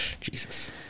Jesus